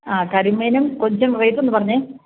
ആ കരിമീനും കൊഞ്ചും റേറ്റ് ഒന്ന് പറഞ്ഞേ